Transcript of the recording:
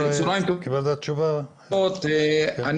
--- אני